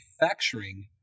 manufacturing